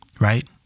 right